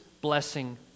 blessing